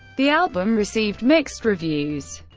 the album received mixed reviews.